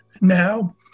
now